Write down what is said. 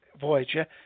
Voyager